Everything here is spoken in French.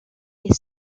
est